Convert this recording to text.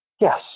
Yes